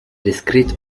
discrete